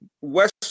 West